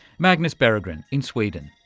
magnus berggren in sweden.